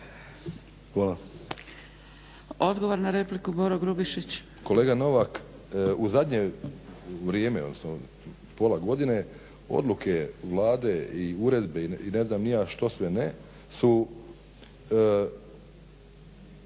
Odgovor na repliku Boro Grubišić.